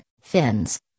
fins